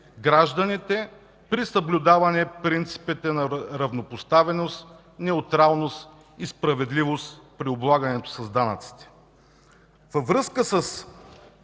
гражданите при съблюдаване принципите на равнопоставеност, неутралност и справедливост при облагането с данъците. Във връзка с